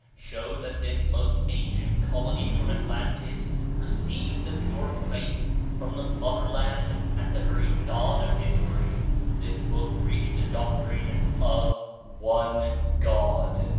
show that this most ancient colony from atlantis received the pure faith from the mother-land at the very dawn of history this book preached the doctrine of one god,